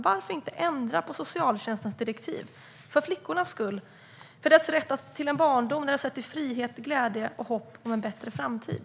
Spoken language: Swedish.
Varför inte ändra socialtjänstens direktiv för flickornas skull och för deras rätt till en barndom, frihet, glädje och hopp om en bättre framtid?